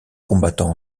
combattant